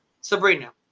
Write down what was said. Sabrina